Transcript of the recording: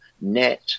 net